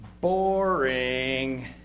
boring